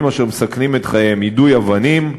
אשר מסכנים את חייהם: יידוי אבנים,